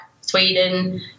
Sweden